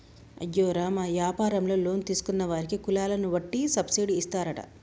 అయ్యో రామ యాపారంలో లోన్ తీసుకున్న వారికి కులాలను వట్టి సబ్బిడి ఇస్తారట